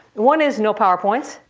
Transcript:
one is no powerpoints,